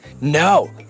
no